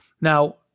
Now